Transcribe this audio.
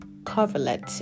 coverlet